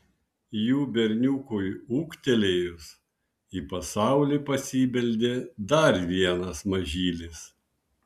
jų berniukui ūgtelėjus į pasaulį pasibeldė dar vienas mažylis